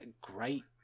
Great